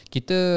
Kita